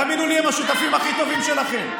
תאמינו לי, הם השותפים הכי טובים שלכם.